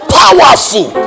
powerful